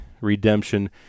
redemption